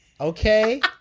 Okay